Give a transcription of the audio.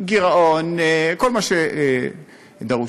גירעון וכל מה שדרוש.